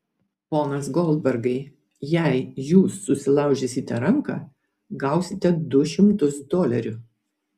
ponas goldbergai jei jūs susilaužysite ranką gausite du šimtus dolerių